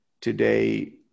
today